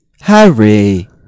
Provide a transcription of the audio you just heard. harry